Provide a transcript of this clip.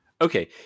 Okay